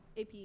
AP